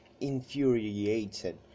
infuriated